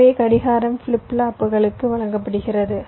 எனவே கடிகாரம் ஃபிளிப் ஃப்ளாப்புகளுக்கு வழங்கப்படுகிறது